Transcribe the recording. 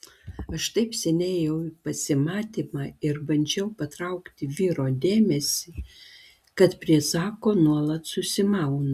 aš taip seniai ėjau į pasimatymą ir bandžiau patraukti vyro dėmesį kad prie zako nuolat susimaunu